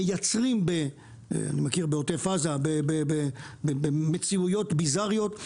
מייצרים בעוטף עזה ובמציאויות ביזריות,